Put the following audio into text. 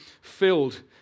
filled